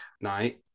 night